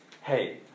hey